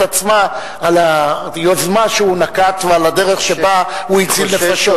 עצמה על היוזמה שהוא נקט ועל הדרך שבה הוא הציל נפשות.